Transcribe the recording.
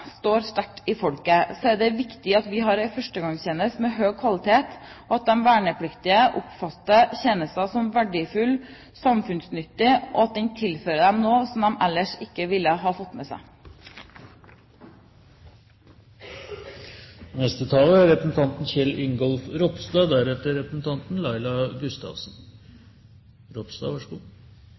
står sterkt i folket, er det viktig at vi har en førstegangstjeneste med høy kvalitet, at de vernepliktige oppfatter tjenesten som verdifull og samfunnsnyttig, og at den tilfører dem noe som de ellers ikke ville ha fått med seg. Lat meg først få lov å takke representanten